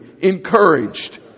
Encouraged